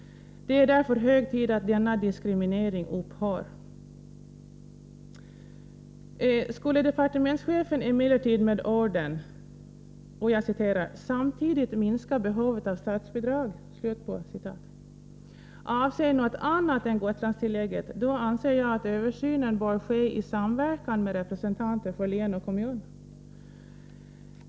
Det är därför hög tid att denna diskriminering upphör. Men skulle departementschefen med orden ”samtidigt minska behovet av statsbidrag” avse något annat än Gotlandstillägget, anser jag att översynen bör ske i samverkan med representanter för län och kommun.